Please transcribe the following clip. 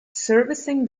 servicing